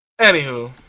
Anywho